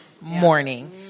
morning